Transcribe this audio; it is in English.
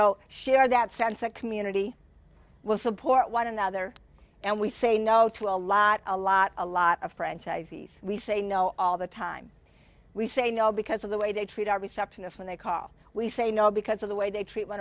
know share that sense of community will support one another and we say no to a lot a lot a lot of franchisees we say no all the time we say no because of the way they treat our receptionist when they call we say no because of the way they treat one